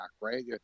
right